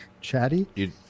chatty